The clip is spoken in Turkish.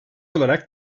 olarak